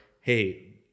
hey